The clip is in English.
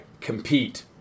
compete